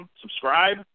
subscribe